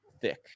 thick